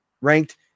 ranked